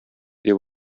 дип